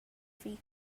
free